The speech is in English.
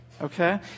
Okay